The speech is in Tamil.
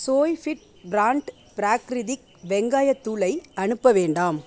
சோய்ஃபிட் பிராண்ட் பிராக்ரிதிக் வெங்காயத் தூளை அனுப்ப வேண்டாம்